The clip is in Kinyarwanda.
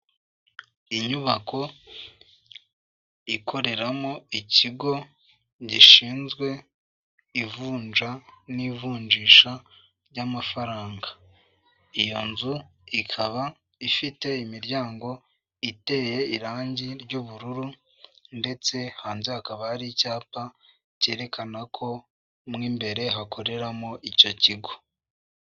Inyubako ikoreramo ikigo gishinzwe ivunja n'ivunjisha ry'amafaranga, iyo nzu ikaba ifite imiryango iteye irangi ry'ubururu ndetse hanze hakaba hari icyapa kerekana ko mu imbere hakoreramo icyo kigo.